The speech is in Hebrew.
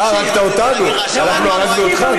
אתה הרגת אותנו, אנחנו הרגת אותך?